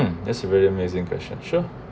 um that's a really amazing question sure